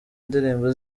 indirimbo